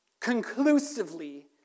conclusively